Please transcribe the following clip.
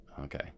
okay